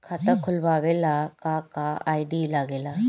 खाता खोलवावे ला का का आई.डी लागेला?